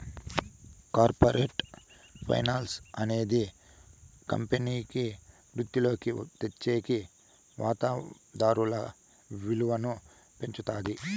corporate finance అనేది కంపెనీకి వృద్ధిలోకి తెచ్చేకి వాతాదారుల విలువను పెంచుతాది